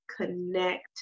connect